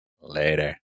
Later